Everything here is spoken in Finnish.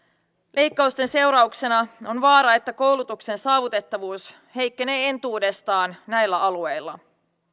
leikkausten seurauksena on vaara että koulutuksen saavutettavuus heikkenee entuudestaan näillä alueilla